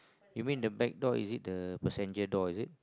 you mean the back door is it the passenger door is it